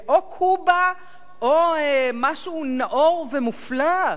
זה או קובה או משהו נאור ומופלא?